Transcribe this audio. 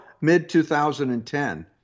mid-2010